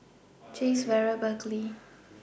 Chase Vera and Berkley